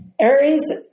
Aries